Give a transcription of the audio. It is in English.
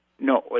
No